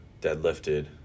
deadlifted